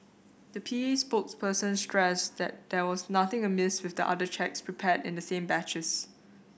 the P A spokesperson stressed that there was nothing amiss with the other cheques prepared in the same batches